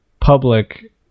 public